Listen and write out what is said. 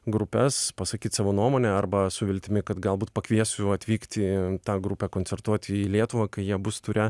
grupes pasakyt savo nuomonę arba su viltimi kad galbūt pakviesiu atvykti tą grupę koncertuot į lietuvą kai jie bus ture